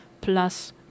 plus